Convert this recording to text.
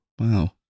Wow